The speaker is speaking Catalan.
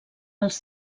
els